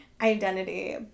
identity